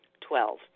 Twelve